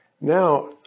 now